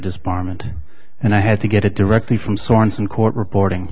disbarment and i had to get it directly from sorenson court reporting